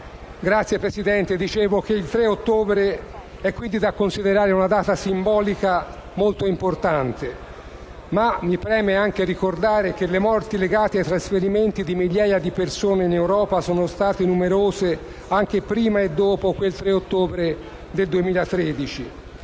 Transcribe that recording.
signora Presidente. Dicevo che il 3 ottobre è da considerare una data simbolica molto importante, ma mi preme anche ricordare che le morti legate ai trasferimenti di migliaia di persone in Europa sono state numerose anche prima e dopo quel 3 ottobre 2013,